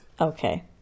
Okay